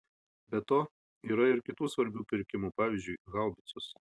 be to yra ir kitų svarbių pirkimų pavyzdžiui haubicos